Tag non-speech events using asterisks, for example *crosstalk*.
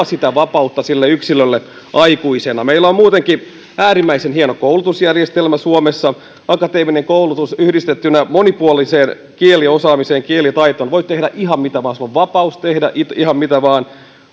*unintelligible* sitä vapautta sille yksilölle aikuisena meillä on muutenkin äärimmäisen hieno koulutusjärjestelmä suomessa akateeminen koulutus yhdistettynä monipuoliseen kieliosaamiseen kielitaitoon ja voit tehdä ihan mitä vaan sinulla on vapaus tehdä oikeastaan ihan mitä